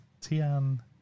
Tian